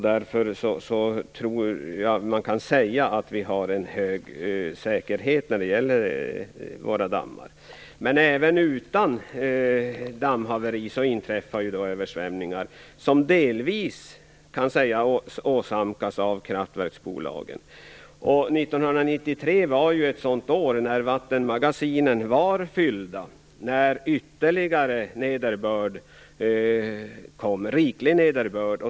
Därför kan man nog säga att vi har en hög säkerhet när det gäller dammarna. Även utan dammhaverier så inträffar det översvämningar, som delvis åsamkas av kraftverksbolagen. 1993 var ett sådant år när vattenmagasinen var fyllda och då det kom en riklig nederbörd.